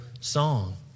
song